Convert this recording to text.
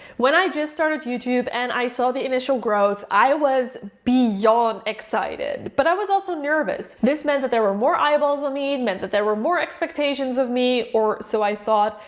when i just started youtube, and i saw the initial growth, i was beyond excited. but i was also nervous, this meant that there were more eyeballs on me, and meant that there were more expectations of me, or so i thought,